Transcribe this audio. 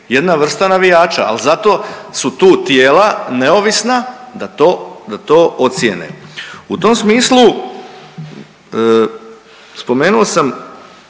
jedna vrsta navijača. Al zato su tu tijela neovisna da to ocijene. U tom smislu spomenuo sam